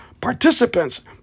Participants